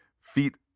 feet